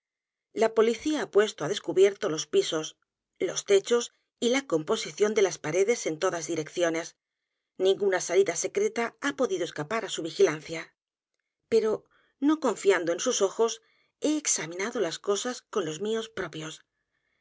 la policía ha puesto á descubierto l o s pisos los techos y la composición de las paredes én todas direcciones ninguna salida secreta ha podido escapar á su vigilancia pero no confiando en sus ojos lie examinado las cosas con los míos propios